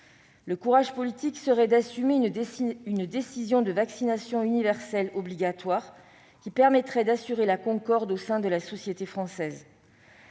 Le courage politique serait d'assumer une décision de vaccination universelle obligatoire, qui permettrait d'assurer la concorde au sein de la société française.